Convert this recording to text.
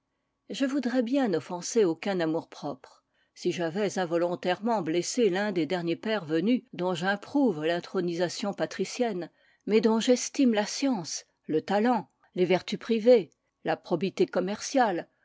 je voudrais bien n'offenser aucun amourpropre si j'avais involontairement blessé l'un des derniers pairs venus dont j'improuve l'intronisation patricienne mais dont j'estime la science le talent les vertus privées la probité commerciale